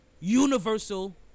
universal